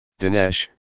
Dinesh